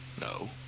No